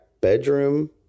bedroom